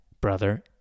brother